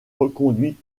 reconduit